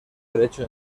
derecho